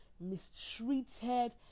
mistreated